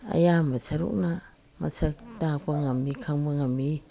ꯑꯌꯥꯝꯕ ꯁꯔꯨꯛꯅ ꯃꯁꯛ ꯇꯥꯛꯄ ꯉꯝꯃꯤ ꯈꯪꯕ ꯉꯝꯃꯤ